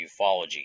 ufology